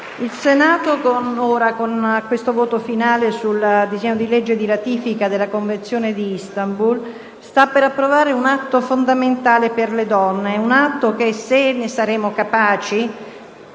il Senato, con il voto finale del disegno di legge di ratifica della Convenzione di Istanbul, sta per approvare un atto fondamentale per le donne. Un atto che, se ne saremo capaci,